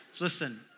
listen